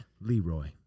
Leroy